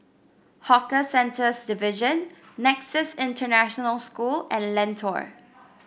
Hawker Centres Division Nexus International School and Lentor